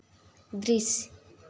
दृश्य